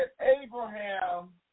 Abraham